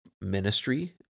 ministry